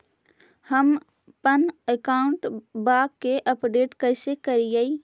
हमपन अकाउंट वा के अपडेट कैसै करिअई?